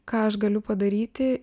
ką aš galiu padaryti